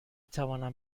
توانم